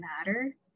matter